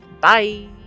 bye